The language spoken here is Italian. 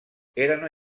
erano